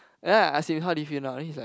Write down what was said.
then I ask him how do you feel now then he's like